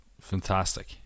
fantastic